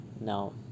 no